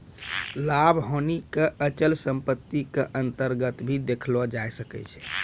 लाभ हानि क अचल सम्पत्ति क अन्तर्गत भी देखलो जाय सकै छै